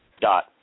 dot